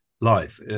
life